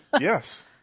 yes